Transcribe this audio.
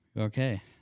Okay